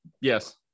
Yes